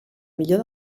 millor